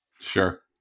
Sure